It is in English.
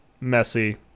messy